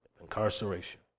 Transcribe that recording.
Incarceration